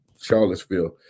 Charlottesville